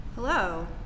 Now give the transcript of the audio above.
Hello